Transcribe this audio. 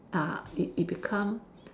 ah it it become